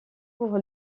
pour